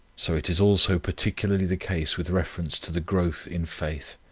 so it is also particularly the case with reference to the growth in faith.